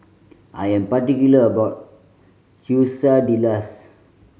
I am particular about Quesadillas